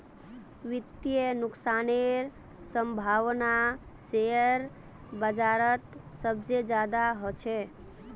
वित्तीय नुकसानेर सम्भावना शेयर बाजारत सबसे ज्यादा ह छेक